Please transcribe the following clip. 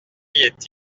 est